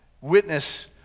witness